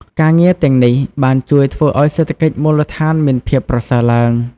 ការងារទាំងនេះបានជួយធ្វើឲ្យសេដ្ឋកិច្ចមូលដ្ឋានមានភាពប្រសើរឡើង។